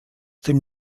dem